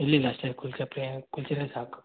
ಇಲ್ಲ ಇಲ್ಲ ಸರ್ ಕುಲ್ಜಾ ಪೇ ಕುಲ್ಜಾನೆ ಸಾಕು